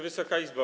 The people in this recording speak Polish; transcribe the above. Wysoka Izbo!